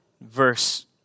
Verse